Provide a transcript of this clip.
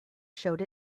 showed